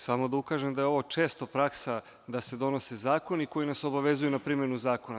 Samo da ukažem da je ovo često praksa da se donose zakoni koji nas obavezuju na primenu zakona.